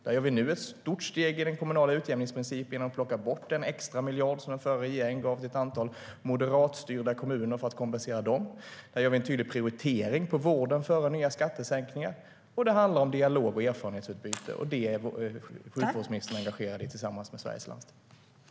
Där tar vi nu ett stort steg när det gäller den kommunala utjämningsprincipen genom att plocka bort den extra miljard som den förra regeringen gav till ett antal moderatstyrda kommuner för att kompensera dem. Där gör vi en tydlig prioritering av vården före nya skattesänkningar. Det handlar också om dialog och erfarenhetsutbyte, vilket sjukvårdsministern tillsammans med Sveriges landsting är engagerad i.